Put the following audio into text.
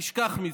תשכח מזה.